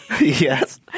Yes